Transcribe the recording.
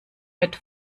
mit